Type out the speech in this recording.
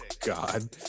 God